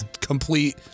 complete